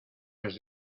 les